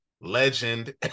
legend